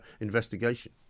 investigation